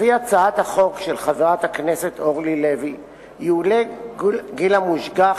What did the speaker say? לפי הצעת החוק של חברת הכנסת אורלי לוי יועלה גיל המושגח